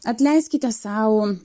atleiskite sau